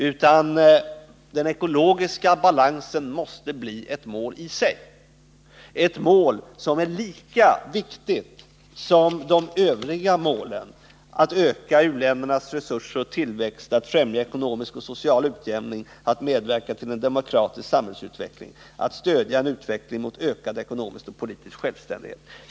Bevarandet av den ekologiska balansen måste i stället bli ett biståndspolitiskt mål i sig, ett mål lika viktigt som de övriga målen, som är att öka u-ländernas resurser och tillväxt, att främja ekonomisk och social utjämning, att medverka till en demokratisk samhällsutveckling och att stödja en utveckling mot ökad ekonomisk och politisk självständighet.